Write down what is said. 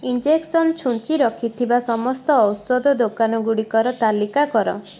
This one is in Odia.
ଇଞ୍ଜେକ୍ସନ୍ ଛୁଞ୍ଚି ରଖିଥିବା ସମସ୍ତ ଔଷଧ ଦୋକାନଗୁଡ଼ିକର ତାଲିକା କର